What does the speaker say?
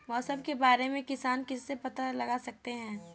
मौसम के बारे में किसान किससे पता लगा सकते हैं?